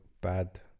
bad